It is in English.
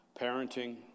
parenting